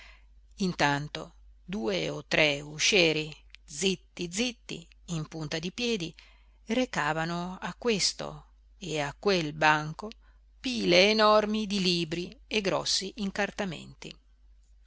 intanto due o tre uscieri zitti zitti in punta di piedi recavano a questo e a quel banco pile enormi di libri e grossi incartamenti